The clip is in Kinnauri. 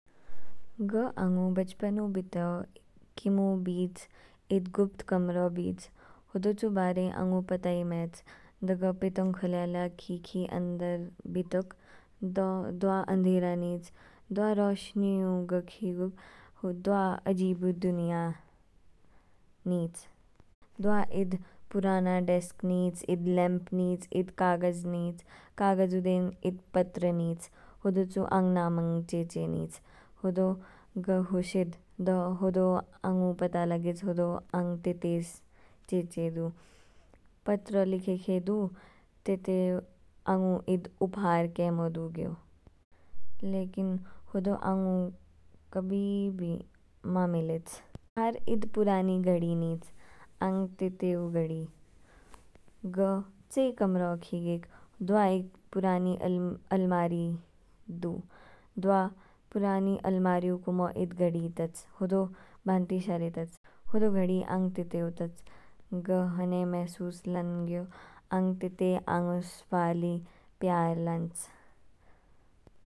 ग आंगु बचपन ऊ बित्यऔ किमु बीच, ईद गुप्त कमरो बीच। होदो चू बारे आंगु पता ई मैच, दो ग पीतांग खोल्यालया खीखी अंदर बीतोक, द दवा अंधेरा नीच, दवा रोशनी ओ ग खीगेक दवा अजीब ई दुनिया नीच। दवा ईद पुराना डेस्क नीच, ईद लेम्प नीच, ईद काग़ज़ नीच, काग़ज़ ऊ देन ई पत्र नीच। होदो चू आंग नामांग चेचे नीच, होदो ग हुशिद, दो होदो ग हुशिद, दो आंगु पता लगेच होदो आंग तेतेस चेचे दू। पत्र लिखेखे दू, तेते आंगु ईद उपहार केमो दूग्यो, लेकिन होदा आंगु कभी भी मा मिलेच, ईद पुरानी घडी नीच, आंग तेते ऊ घडी। ग चेई कमरो खीगेक, दवा ईद पुरानी अलमारी दू। दवा पुरानी अलमारी ऊ कुमो ईद घडी तच होदो भांति शारे तच। होदो घड़ी आंग तेते ओ तच, ग हने महसूस लानगयो आंग तेते आंगिस वाली प्यार लांच।